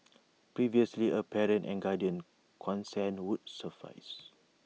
previously A parent and guardian's consent would suffice